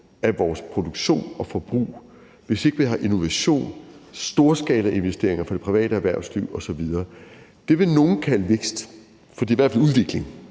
af vores produktion og forbrug, hvis ikke vi har innovation, storskalainvesteringer for det private erhvervsliv osv. Det vil nogle kalde vækst, for det er i hvert fald udvikling.